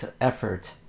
effort